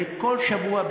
וכל שבוע,